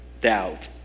doubt